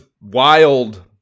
wild